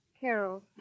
Carol